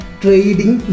trading